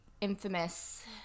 infamous